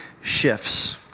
shifts